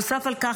נוסף על כך,